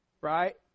right